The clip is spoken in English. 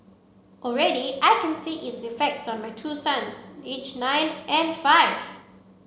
already I can see its effects on my two sons aged nine and five